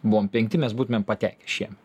buvom penkti mes būtumėm patekę šiemet